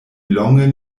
longe